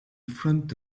front